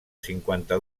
cinquanta